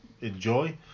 enjoy